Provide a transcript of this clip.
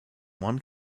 one